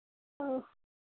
और